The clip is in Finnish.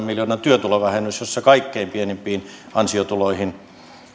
miljoonan työtulovähennys jossa kaikkein pienimpiin ansiotuloihin